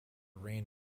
reign